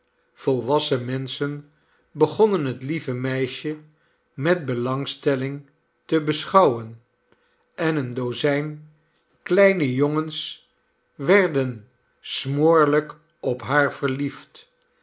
volwassen menschen begonnen het lieve meisje met belangstelling te beschouwen en een dozijn kleine jongens werden smoorlijk op haar verliefd